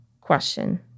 question